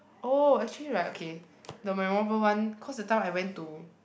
oh actually like okay the memorable one cause that time I went to